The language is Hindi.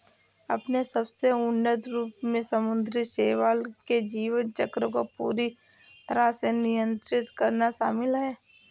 अपने सबसे उन्नत रूप में समुद्री शैवाल के जीवन चक्र को पूरी तरह से नियंत्रित करना शामिल है